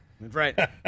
Right